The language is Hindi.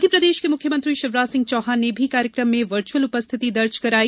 मध्य प्रदेश के मुख्यमंत्री शिवराज सिंह चौहान ने भी कार्यक्रम में वर्चुअल उपस्थिति दर्ज कराई